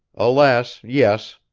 alas, yes.